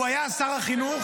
הוא היה שר החינוך